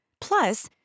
Plus